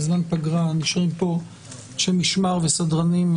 בזמן פגרה נשארים פה אנשי משמר וסדרנים,